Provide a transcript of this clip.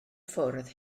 ffwrdd